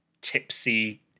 tipsy